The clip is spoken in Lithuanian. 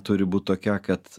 turi būt tokia kad